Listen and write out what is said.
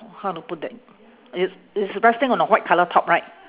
how to put that it's it's resting on a white colour top right